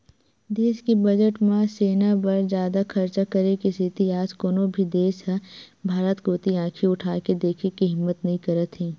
देस के बजट म सेना बर जादा खरचा करे के सेती आज कोनो भी देस ह भारत कोती आंखी उठाके देखे के हिम्मत नइ करत हे